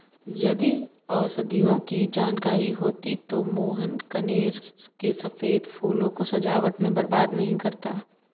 यदि औषधियों की जानकारी होती तो मोहन कनेर के सफेद फूलों को सजावट में बर्बाद नहीं करता